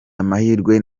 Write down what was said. amahirwe